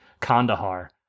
Kandahar